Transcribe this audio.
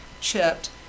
chipped